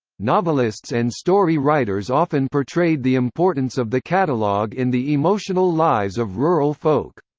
novelists and story writers often portrayed the importance of the catalog in the emotional lives of rural folk.